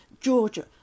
Georgia